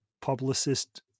publicist